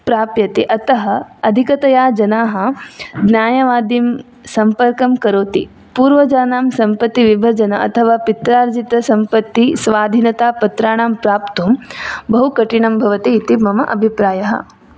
प्राप्यते अतः अधिकतया जनाः न्यायवादीं सम्पर्कं करोति पूर्वजनां सम्पत्तिविभजन अथवा पित्रार्जितसम्पत्तिस्वाधीनता पत्राणां प्राप्तुं बहु कठिनः भवति इति मम अभिप्रायः